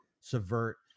subvert